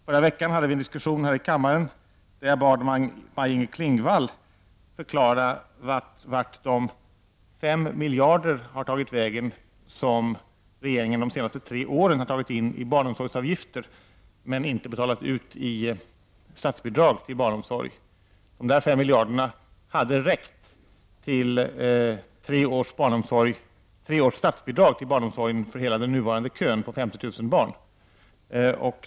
Förra veckan hade vi en diskussion här i kammaren där jag bad Maj-Inger Klingvall att förklara vart de 5 miljarder kronor har tagit vägen som regeringen har tagit in under de senaste tre åren i barnomsorgsavgifter men inte har betalat ut i statsbidrag till barnomsorg. Dessa 5 miljarder hade räckt till tre års statsbidrag till barnomsorg för hela den nuvarande kön på 50 000 barn.